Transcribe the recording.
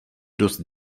dost